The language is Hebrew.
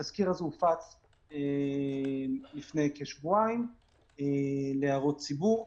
התזכיר הזה הופץ לפני כשבועיים להערות ציבור.